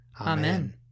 Amen